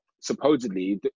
supposedly